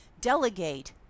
Delegate